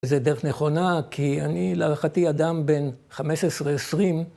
זה דרך נכונה כי אני להערכתי אדם בן 15-20.